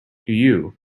you